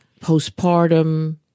postpartum